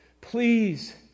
Please